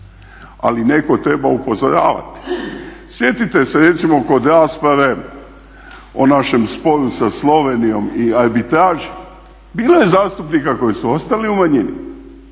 Ali netko treba upozoravati. Sjetite se recimo kod rasprave o našem sporu sa Slovenijom i arbitraži. Bilo je zastupnika koji su ostali u manjini.